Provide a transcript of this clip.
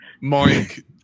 Mike